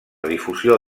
difusió